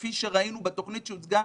כפי שראינו בתוכנית שהוצגה,